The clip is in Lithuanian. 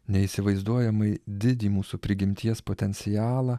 neįsivaizduojamai didį mūsų prigimties potencialą